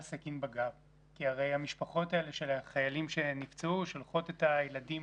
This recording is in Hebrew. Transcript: סכין בגב כי הרי המשפחות האלה של החיילים שנפצעו שולחות את הילדים